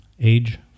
age